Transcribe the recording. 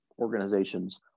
organizations